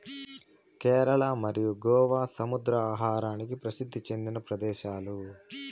కేరళ మరియు గోవా సముద్ర ఆహారానికి ప్రసిద్ది చెందిన ప్రదేశాలు